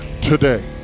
today